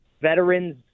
veterans